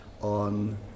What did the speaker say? on